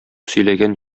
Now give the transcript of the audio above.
сөйләгән